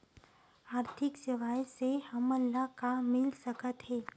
आर्थिक सेवाएं से हमन ला का मिल सकत हे?